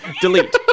Delete